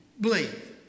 believe